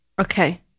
Okay